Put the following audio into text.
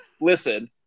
listen